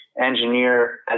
engineer